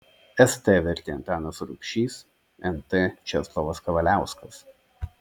st vertė antanas rubšys nt česlovas kavaliauskas